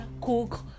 cook